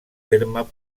terme